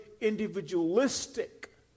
individualistic